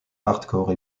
hardcore